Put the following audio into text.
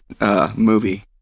movie